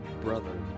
brother